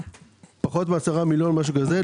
פחות מ-10 מיליון, משהו כזה.